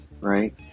right